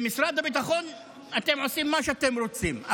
במשרד הביטחון אתם עושים מה שאתם רוצים,